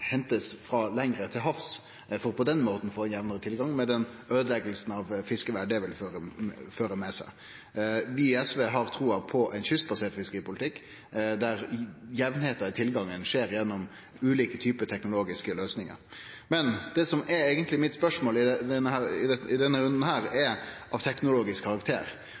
til havs for på den måten å få jamnare tilgang – med den øydelegginga av fiskeverdet det vil føre med seg. Vi i SV har trua på ein kystbasert fiskeripolitikk, der jamn tilgang skjer gjennom ulike typar teknologiske løysingar. Men det som eigentleg er mitt spørsmål i denne runden, er av teknologisk karakter. Når norske bedrifter skal investere i f.eks. sløyemaskinar, som er